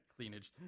Cleanage